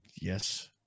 yes